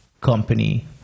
company